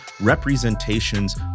representations